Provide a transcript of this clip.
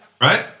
Right